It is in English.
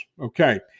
Okay